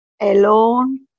alone